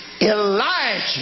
Elijah